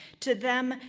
to them,